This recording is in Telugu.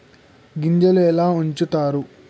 గింజలు ఎలా ఉంచుతారు?